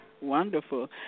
Wonderful